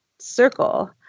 circle